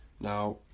now